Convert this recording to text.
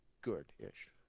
good-ish